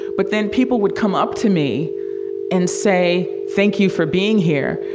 but then people would come up to me and say, thank you for being here.